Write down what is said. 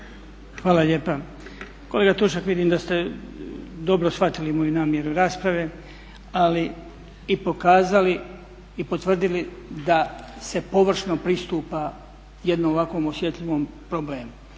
Hvala lijepa. Kolega Tušak, vidim da ste dobro shvatili moju namjeru rasprave, ali i pokazali i potvrdili da se površno pristupa jednom ovakvom osjetljivom problemu.